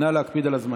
נא להקפיד על הזמנים.